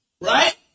Right